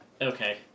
Okay